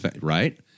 Right